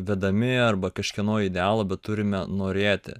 vedami arba kažkieno idealo bet turime norėti